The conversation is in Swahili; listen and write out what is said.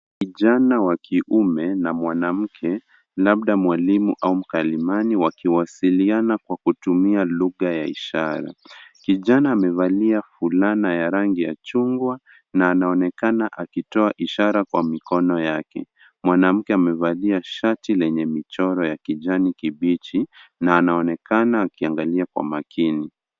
Kijana wa kiume na mwanamke labda mwalimu au mkalimani wakiwasiliana kwa kutumia lugha ya ishara. Kijana amevalia fulana ya rangi ya chungwa na anaonekana akitoa ishara kwa mikono yake. Mwanamke amevalia shati lenye michoro ya kijani kibichi na anaonekana akiangalia kwa umakini.